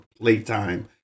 playtime